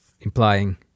Implying